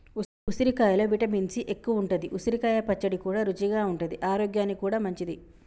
ఉసిరికాయలో vitamin C ఎక్కువుంటది, ఉసిరికాయ పచ్చడి కూడా రుచిగా ఉంటది ఆరోగ్యానికి కూడా మంచిది